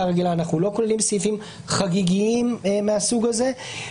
רגילה אנחנו לא כוללים סעיפים "חגיגיים" מהסוג הזה.